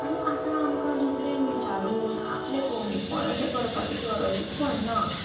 आनी आतां आमकां दुसऱ्यांक विचारून आपलें कमीपण अशें करपाची गरजूच पडना